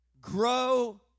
grow